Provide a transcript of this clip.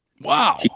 Wow